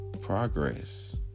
progress